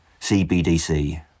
CBDC